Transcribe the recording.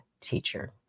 teacher